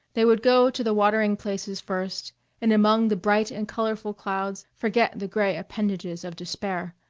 they would go to the watering-places first and among the bright and colorful crowds forget the gray appendages of despair.